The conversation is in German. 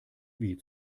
wie